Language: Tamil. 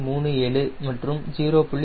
37 மற்றும் 0